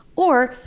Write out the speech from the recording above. or,